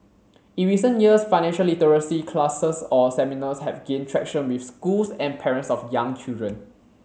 in recent years financial literacy classes or seminars have gained traction with schools and parents of young children